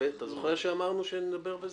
אתה זוכר שאמרנו שנדבר בזה?